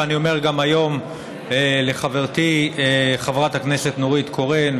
ואני אומר גם היום לחברתי חברת הכנסת נורית קורן,